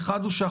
דבר ראשון,